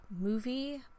movie